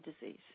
disease